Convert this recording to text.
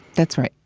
that's right.